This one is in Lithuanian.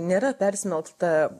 nėra persmelkta